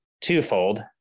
twofold